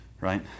Right